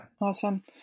Awesome